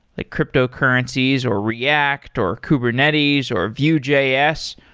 like cryptocurrencies, or react, or kubernetes, or vue js,